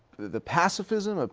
the pacifism,